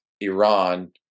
Iran